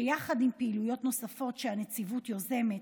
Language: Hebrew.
שיחד עם פעילויות נוספות שהנציבות יוזמת,